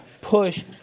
push